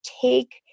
take